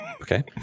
Okay